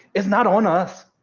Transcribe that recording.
it's not on us,